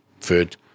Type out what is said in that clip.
food